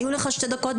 היו לך שתי דקות.